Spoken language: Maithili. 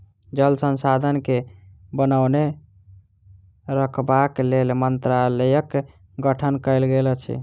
जल संसाधन के बनौने रखबाक लेल मंत्रालयक गठन कयल गेल अछि